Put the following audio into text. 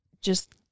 just-